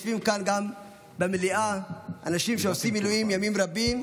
יושבים כאן גם במליאה אנשים שעושים מילואים ימים רבים,